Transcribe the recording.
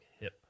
hip